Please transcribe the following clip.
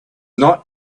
not